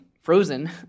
frozen